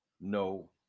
no